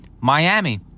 Miami